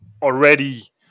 already